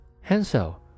HANSEL